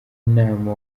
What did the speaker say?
nama